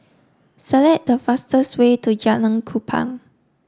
select the fastest way to Jalan Kupang